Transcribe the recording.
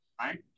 Right